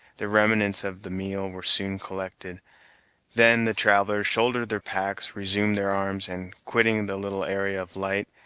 the remnants of the meal were soon collected then the travelers shouldered their packs, resumed their arms, and, quitting the little area of light,